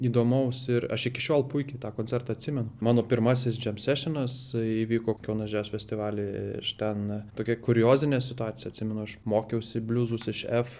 įdomaus ir aš iki šiol puikiai tą koncertą atsimenu mano pirmasis džemsešenas įvyko kiaunas džiaz festivaly iš ten tokia kuriozinė situacija atsimenu aš mokiausi bliuzus iš f